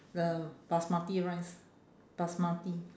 the basmati rice basmati